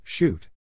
Shoot